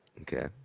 Okay